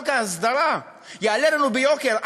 חוק ההסדרה יעלה לנו ביוקר.